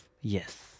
yes